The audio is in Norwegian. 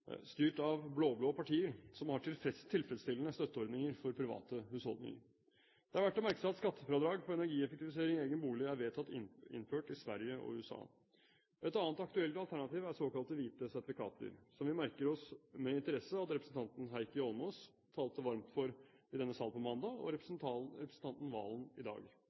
styrt av blå-blå partier, som har tilfredsstillende støtteordninger for private husholdninger. Det er verdt å merke seg at skattefradrag for energieffektivisering i egen bolig er vedtatt innført i Sverige og USA. Et annet aktuelt alternativ er såkalte hvite sertifikater, som vi merker oss med interesse at representanten Heikki Holmås talte varmt for i denne sal på mandag, og representanten Serigstad Valen i dag.